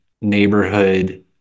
neighborhood